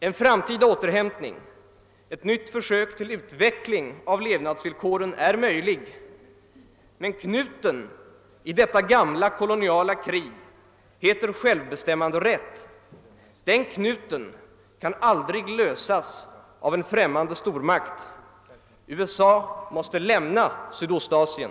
| En framtida återhämtning, ett nytt försök till utveckling av levnadsvillkoren är möjlig — men knuten i detta gamla koloniala krig heter självbestämmanderätt. Den knuten kan aldrig lösas av en främmande stormakt. USA måste lämna Sydostasien!